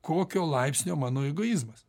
kokio laipsnio mano egoizmas